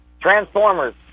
Transformers